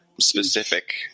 specific